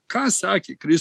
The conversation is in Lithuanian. ką sakė kris